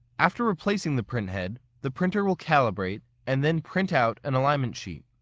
after replacing the print head, the printer will calibrate and then print out an alignment sheet.